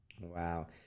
Wow